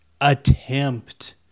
attempt